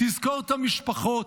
תזכור את המשפחות,